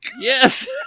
Yes